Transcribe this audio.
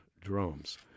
drums